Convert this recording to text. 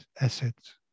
assets